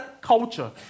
culture